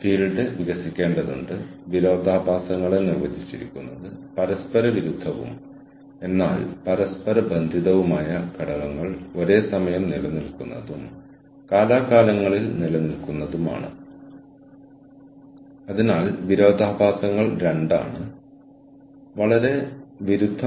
കൂടാതെ നിങ്ങൾക്കറിയാമോ ഞങ്ങൾ താമസിച്ചിരുന്ന സ്ഥലത്ത് എന്റെ മാതാപിതാക്കളും ഞങ്ങളും വളർന്ന സ്ഥലത്ത് ഞങ്ങൾക്ക് ആക്സസ് ഇല്ലായിരുന്നു അതായത് ഞങ്ങൾ 20 കളിൽ ആയിരിക്കുമ്പോഴോ അല്ലെങ്കിൽ കൌമാരത്തിന്റെ അവസാനത്തിലോ ആയിരിക്കുമ്പോഴാണ് STD കൾ വന്നത്